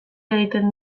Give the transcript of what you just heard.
egiten